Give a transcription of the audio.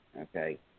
okay